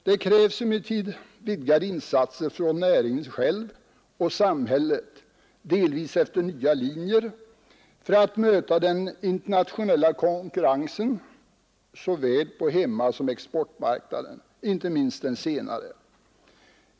Det krävs emellertid vidgade insatser från näringen själv och samhället, delvis efter nya linjer, för att möta den internationella konkurrensen på såväl hemmasom exportmarknaden, inte minst den senare.